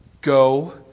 go